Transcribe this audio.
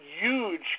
huge